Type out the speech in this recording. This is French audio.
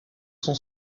son